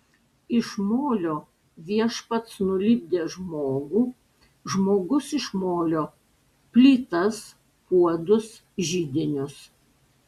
iš molio viešpats nulipdė žmogų žmogus iš molio plytas puodus židinius